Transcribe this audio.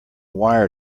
wire